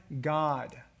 God